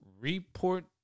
report